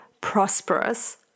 prosperous